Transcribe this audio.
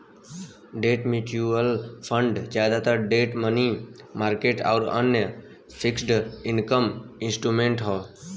debt mutual fund जादातर debt money market आउर अन्य फिक्स्ड इनकम इंस्ट्रूमेंट्स हौ